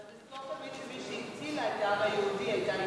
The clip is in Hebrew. אבל תזכור תמיד שמי שהצילה את העם היהודי היתה אשה.